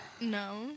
No